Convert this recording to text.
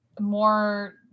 more